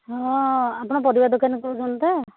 ହଁ ଆପଣ ପରିବା ଦୋକାନୀ କହୁଛନ୍ତି ତ